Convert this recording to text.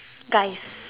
guys